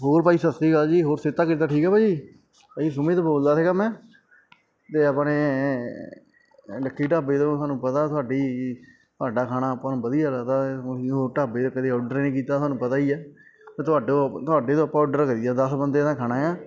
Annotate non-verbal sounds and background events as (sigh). ਹੋਰ ਭਾਅ ਜੀ ਸਤਿ ਸ਼੍ਰੀ ਅਕਾਲ ਜੀ ਹੋਰ ਸਿਹਤ ਕਿੱਦਾਂ ਠੀਕ ਆ ਭਾਅ ਜੀ ਭਾਅ ਜੀ ਸੁਮਿਤ ਬੋਲਦਾ ਸੀਗਾ ਮੈਂ ਅਤੇ ਆਪਣੇ ਲੱਕੀ ਢਾਬੇ ਤੋਂ ਸਾਨੂੰ ਪਤਾ ਤੁਹਾਡੀ ਤੁਹਾਡਾ ਖਾਣਾ ਆਪਾਂ ਨੂੰ ਵਧੀਆ ਲੱਗਦਾ (unintelligible) ਹੋਰ ਢਾਬੇ ਤੋਂ ਕਦੇ ਔਡਰ ਹੀ ਨਹੀਂ ਕੀਤਾ ਤੁਹਾਨੂੰ ਪਤਾ ਹੀ ਆ ਅਤੇ ਤੁਹਾਡੇ ਤੁਹਾਡੇ ਤੋਂ ਆਪਾਂ ਆਡਰ ਕਰੀਦਾ ਦਸ ਬੰਦਿਆਂ ਦਾ ਖਾਣਾ ਆ